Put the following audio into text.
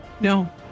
No